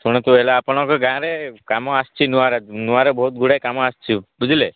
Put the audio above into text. ଶୁଣନ୍ତୁ ହେଲେ ଆପଣଙ୍କ ଗାଁରେ କାମ ଆସିଛି ନୂଆରେ ନୂଆରେ ବହୁତ ଗୁଡ଼େ କାମ ଆସିଛି ବୁଝିଲେ